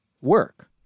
work